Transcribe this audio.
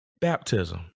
baptism